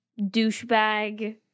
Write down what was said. douchebag